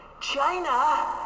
China